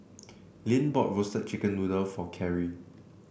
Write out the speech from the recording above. Lynn bought Roasted Chicken Noodle for Carri